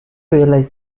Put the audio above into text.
realize